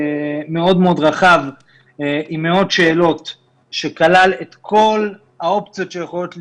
מאוד מאוד רחב עם מאות שאלות שכלל את כל האופציות שיכולות להיות,